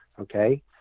Okay